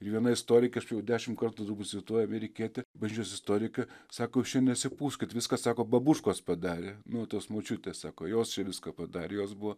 ir viena istorikė aš jau dešim kartų turbūt cituoju amerikietė bažnyčios istorikė sako jūs čia nesipūskit viską sako babūškos padarė nu tos močiutės sako jos čia viską padarė jos buvo